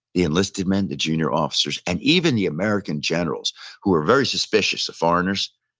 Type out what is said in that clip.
the enlisted men, the junior officers, and even the american generals who were very suspicious of foreigners,